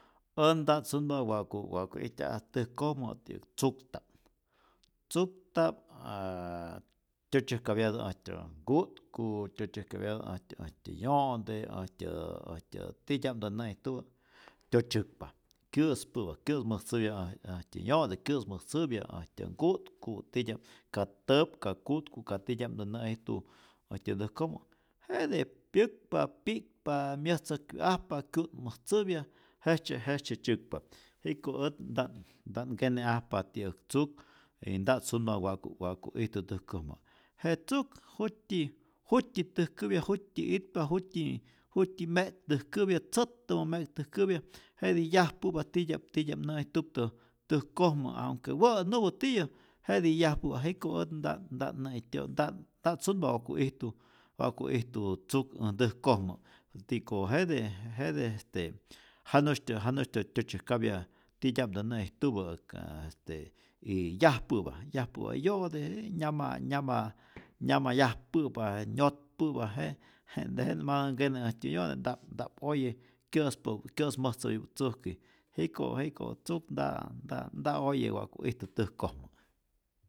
Äj nta't sunpa wa'ku wa'ki ijtyaj täjkojmä este tzukta'p, tzukta'p a tyotzyäjkapyatä äjtyä nku'tku, tyotzyäjkapyatä äjtyä äjtyä yo'nte, äjtyä äjtyä titya'mtä nä'ijtupä tyotzyäkpa kyä'spä'pä, kyä'smäjtzäpya ajtyä äjtyä yo'te, kyä'smätzapya äjtyä nku'tku', titya'p ka täp, ka ku'tku, ka titya'mtä nä'ijtu äjtyä ntäjkojmä jete pyäkpa, pi'kpa, myäjtzäkyu'ajpa kyu'tmäjtzäpya jejetzye jejtzye tzyäkpa, jiko' ät nta't nta't nkene'ajpa ti'yäk tzuk, y nta't sunpa wa'ku wa'ku ijtu täjkojmä, je tzuk jut'tyi ju't'tyi täjkäpya, jut'tyi itpa, jut'tyi me'k täjkäpya, tzät'tämä me'ktäjkäpya, jetij yajpä'pa titya'p titya'p nä'ijtuptä täjkojmä, aunque wa'nupä tiyä jetij yajpä'pa, jiko' ät nta't nta't näit'tyo' nta't nta't sunpa wa'ku ijtu wa'ku ijtu tzuk äj ntäjkojmä, tiko jete jete este janu'sytyä janu'sytyä tyotzyajkapya tityapmtä nä'ijtupä ka este y yajpä'pa yajpä'pa yo'te, jii nyama nyama nyama yajpä'pa, nyotpäpa, je je tejenä matä nkene äjtyä yo'te nta'p nta'p oye, kyä'späu'p kyä'smäjtzäyup tzujki, jiko jiko tzuk nta nta nta oye wa'ku ijtu täjkojmä.